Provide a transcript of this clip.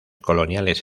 coloniales